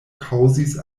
kaŭzis